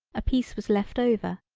a piece was left over.